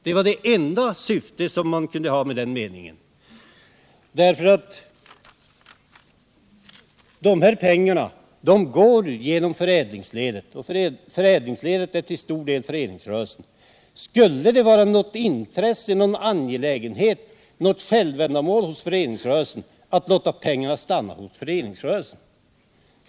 Något annat syfte kunde meningen inte ha. De här pengarna går genom förädlingsledet, och förädlingsledet är till stor del förenings rörelsen. Skulle det vara något intresse, något självändamål hos förenings rörelsen att låta pengarna stanna hos föreningsrörelsen?